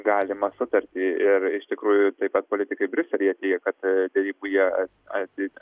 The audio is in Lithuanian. galimą sutartį ir iš tikrųjų taip pat politikai briuselyje teigia kad derybų jie atseit